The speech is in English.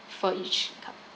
for each club